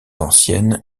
ancienne